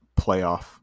playoff